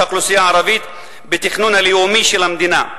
האוכלוסייה הערבית בתכנון הלאומי של המדינה.